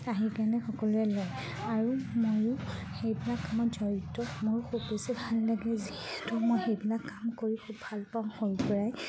আহি কেনে সকলোৱে লয় আৰু ময়ো সেইবিলাক কামত জড়িত মোৰো খুব বেছি ভাল লাগে যিহেতু মই সেইবিলাক কাম কৰি খুব ভাল পাওঁ সৰুৰ পৰাই